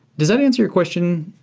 does that answer question?